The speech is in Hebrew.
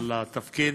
על התפקיד,